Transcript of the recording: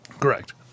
Correct